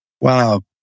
Wow